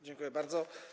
Dziękuję bardzo.